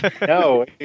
No